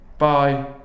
Bye